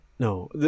No